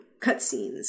cutscenes